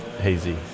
Hazy